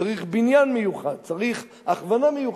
צריך בניין מיוחד, צריך הכוונה מיוחדת.